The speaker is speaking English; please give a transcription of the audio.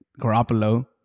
Garoppolo